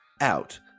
out